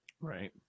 Right